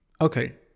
Okay